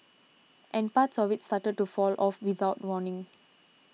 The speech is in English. and parts of it started to fall off without warning